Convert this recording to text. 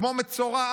כמו מצורע,